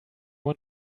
want